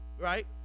Right